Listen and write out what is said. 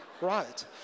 Right